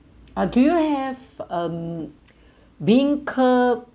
or do you have um beancurd